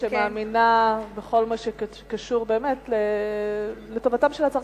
שמאמינה בכל מה שקשור לטובתם של הצרכנים,